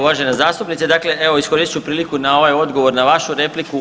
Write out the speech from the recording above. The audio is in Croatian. Uvažena zastupnice, dakle evo iskoristit ću priliku na ovaj odgovor na vašu repliku.